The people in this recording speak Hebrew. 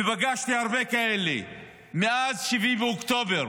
ופגשתי הרבה כאלה מאז 7 באוקטובר